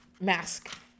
mask